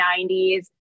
90s